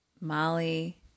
Molly